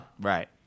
Right